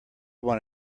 one